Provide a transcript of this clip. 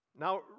Now